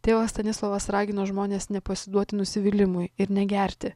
tėvas stanislovas ragino žmones nepasiduoti nusivylimui ir negerti